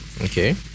Okay